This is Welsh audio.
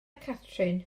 catrin